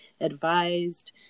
advised